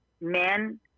men